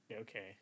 okay